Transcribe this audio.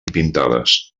pintades